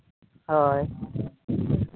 ᱦᱳᱭ